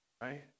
right